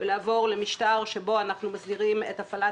ולעבור למשטר שבו אנחנו מסדירים את הפעלת